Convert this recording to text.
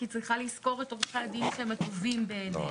כי היא צריכה לשכור את עורכי הדין שהם הטובים בעיניה.